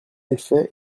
effet